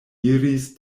iris